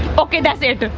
okay, that's it.